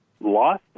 lost